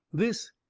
this,